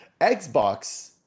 Xbox